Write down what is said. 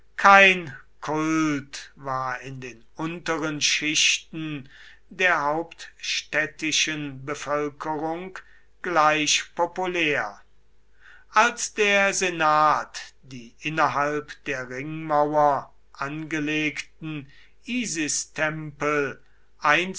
kein kult war in den unteren schichten der hauptstädtischen bevölkerung gleich populär als der senat die innerhalb der ringmauer angelegten